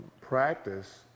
practice